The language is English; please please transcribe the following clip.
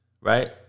right